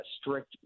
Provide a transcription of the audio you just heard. strict